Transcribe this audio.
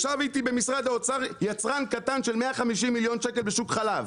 ישב איתי במשרד האוצר יצרן קטן של 150 מיליון שקל בשוק חלב,